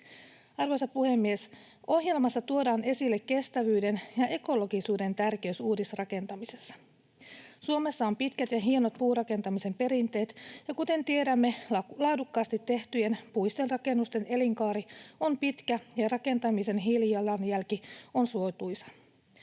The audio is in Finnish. Arvoisa puhemies! Ohjelmassa tuodaan esille kestävyyden ja ekologisuuden tärkeys uudisrakentamisessa. Suomessa on pitkät ja hienot puurakentamisen perinteet, ja kuten tiedämme, laadukkaasti tehtyjen puisten rakennusten elinkaari on pitkä ja niiden rakentamisen hiilijalanjälki on suotuisa.